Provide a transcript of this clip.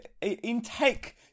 intake